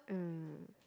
mm